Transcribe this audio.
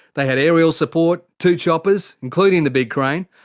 they had aerial support, two choppers, including the big crane,